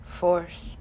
force